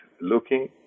looking